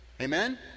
Amen